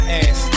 ass